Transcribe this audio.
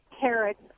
Carrots